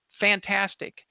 fantastic